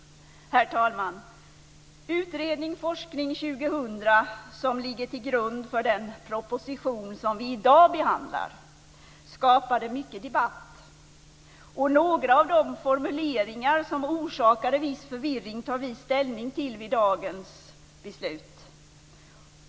Herr talman! Utredningen Forskning 2000, som ligger till grund för den proposition som vi i dag behandlar, skapade mycket debatt. Några av de formuleringar som orsakade viss förvirring tar vi ställning till i dagens beslut.